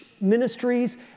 ministries